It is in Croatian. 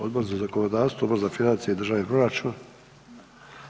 Odbor za zakonodavstvo, Odbor za financije i državni proračun?